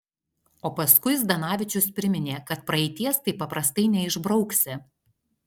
o paskui zdanavičius priminė kad praeities taip paprastai neišbrauksi